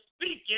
speaking